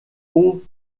haut